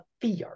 fear